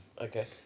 Okay